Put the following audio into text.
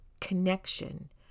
connection